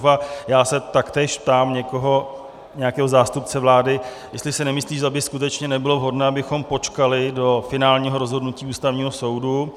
A já se taktéž ptám někoho, nějakého zástupce vlády, jestli si nemyslí, zda by skutečně nebylo vhodné, abychom počkali do finálního rozhodnutí Ústavního soudu.